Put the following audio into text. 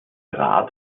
rat